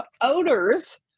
odors